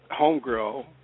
homegirl